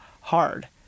hard